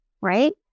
right